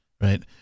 right